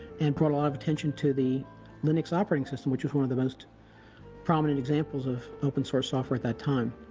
and brought a lot of attention to the linux operating system, which was one of the most prominent examples of open source software at that time.